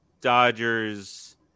Dodgers